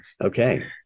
okay